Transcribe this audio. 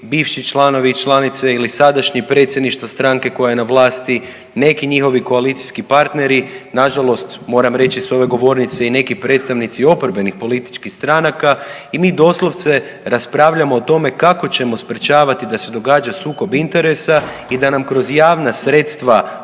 bivši članovi i članice ili sadašnji, predsjedništva stranke koja je na vlasti, neki njihovi koalicijski partneri. Na žalost moram reći sa ove govornice i neki predstavnici i oporbenih političkih stranaka. I mi doslovce raspravljamo o tome kako ćemo sprječavati da se događa sukob interesa i da nam kroz javna sredstva